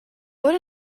what